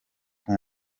uku